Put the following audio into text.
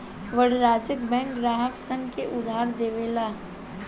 वाणिज्यिक बैंक ग्राहक सन के उधार दियावे ला